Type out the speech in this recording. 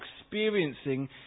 experiencing